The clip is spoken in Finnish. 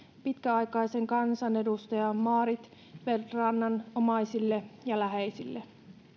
pitkäaikaisen kansanedustajan maarit feldt rannan omaisille ja läheisille